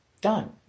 done